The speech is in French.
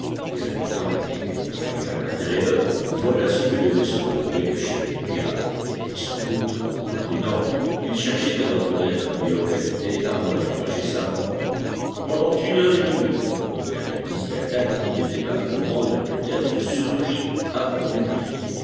les habitants avaient-ils donc fui vers l'intérieur voilà ce que devait se demander le chef des pirates et sans doute en homme prudent il cherchait à reconnaître les localités avant d'y engager sa bande pendant une heure et demie aucun indice d'attaque ni de débarquement ne put être surpris à bord du brick